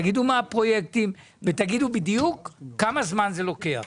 תגידו מה הפרויקטים ותגידו בדיוק כמה זמן זה לוקח,